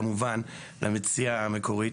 כמובן; והמציעה המקורית,